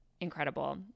incredible